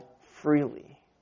freely